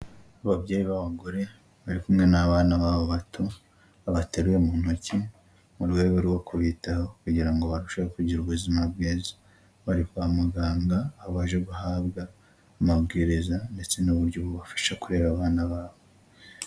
Ababyeyi b'abagore bari kumwe n'abana babo bato babateruye mu ntoki mu rwego rwo kubitaho kugira ngo barusheho kugira ubuzima bwiza. Bari kwa muganga aho baje guhabwa amabwiriza ndetse n'uburyo bubafasha kurera abana babo.